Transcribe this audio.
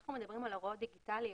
כשאנחנו מדברים על הוראות דיגיטליות,